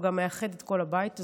הוא גם מאחד את כל הבית הזה,